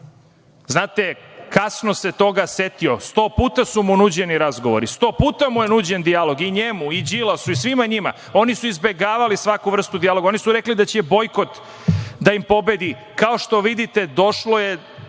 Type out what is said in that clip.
Znate, kasno se toga setio. Sto puta su mu nuđeni razgovori, sto puta mu je nuđen dijalog, i njemu i Đilasu i svima njima. Oni su izbegavali svaku vrstu dijaloga. Oni su rekli da će bojkot da im pobedi. Kao što vidite došlo je,